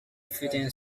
fitting